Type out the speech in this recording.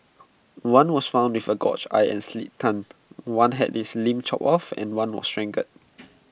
one was found with A gouged eye and slit tongue one had its limbs chopped off and one was strangled